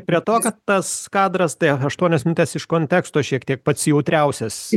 prie to kad tas kadras tai aštuonios minutės iš konteksto šiek tiek pats jautriausias